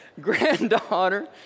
granddaughter